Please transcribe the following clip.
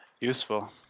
useful